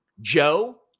Joe